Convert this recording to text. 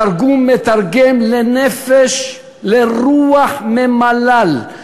התרגום מתרגם: לנפש, לרוח ממלל.